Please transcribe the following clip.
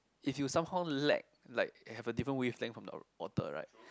if you somehow lack like have a different wavelength from the author right